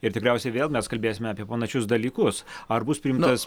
ir tikriausiai vėl mes kalbėsime apie panašius dalykus ar bus priimtas